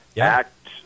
Act